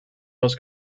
was